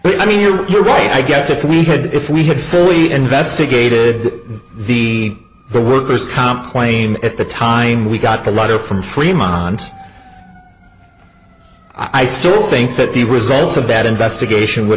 but i mean you're right i guess if we had if we had fully investigated the the worker's comp claim at the time we got the letter from fremont i still think that the results of that investigation would